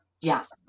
yes